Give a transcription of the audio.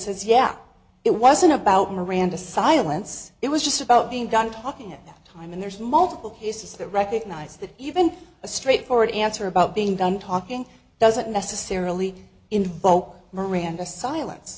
says yeah it wasn't about miranda silence it was just about being done talking at that time and there's multiple cases that recognize that even a straight forward answer about being done talking doesn't necessarily invoke miranda silen